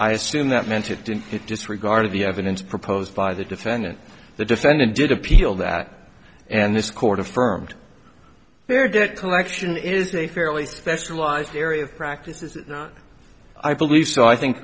i assume that meant it didn't it disregard of the evidence proposed by the defendant the defendant did appeal that and this court affirmed fair debt collection is a fairly specialized area of practice is not i believe so i think